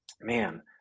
man